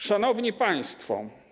Szanowni Państwo!